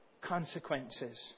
consequences